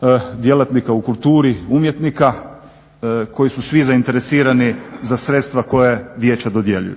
broj djelatnika u kulturi, umjetnika, koji su svi zainteresirani za sredstva koja vijeća dodjeljuju.